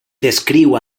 descriu